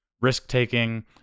risk-taking